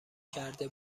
کرده